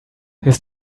his